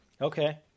Okay